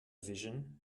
vision